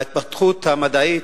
ההתפתחות המדעית,